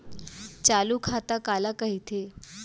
चालू खाता काला कहिथे?